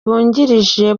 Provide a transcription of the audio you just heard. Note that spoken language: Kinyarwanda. bungirije